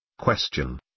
Question